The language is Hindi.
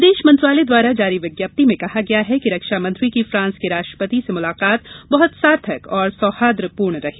विदेश मंत्रालय द्वारा जारी विज्ञप्ति में कहा गया है कि रक्षा मंत्री की फ्रांस के राष्ट्रपति से मुलाकात बहुत सार्थक और सौहार्द्रपूर्ण रही